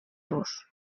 rus